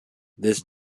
this